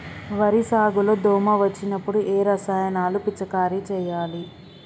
వరి సాగు లో దోమ వచ్చినప్పుడు ఏ రసాయనాలు పిచికారీ చేయాలి?